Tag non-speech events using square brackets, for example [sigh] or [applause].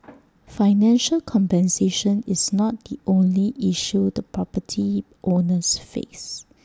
[noise] financial compensation is not the only issue the property owners face